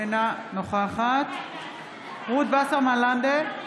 אינה נוכחת רות וסרמן לנדה,